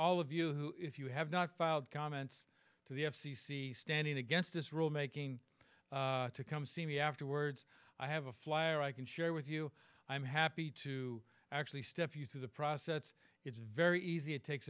all of you who if you have not filed comments to the f c c standing against this rule making to come see me afterwards i have a flyer i can share with you i'm happy to actually step you through the process it's very easy it takes